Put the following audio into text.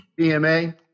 DMA